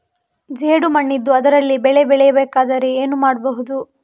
ಜೇಡು ಮಣ್ಣಿದ್ದು ಅದರಲ್ಲಿ ಬೆಳೆ ಬೆಳೆಯಬೇಕಾದರೆ ಏನು ಮಾಡ್ಬಹುದು?